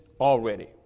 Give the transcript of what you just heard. already